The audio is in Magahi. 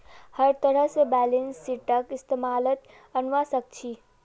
हर तरह से बैलेंस शीटक इस्तेमालत अनवा सक छी